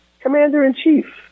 Commander-in-Chief